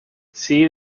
see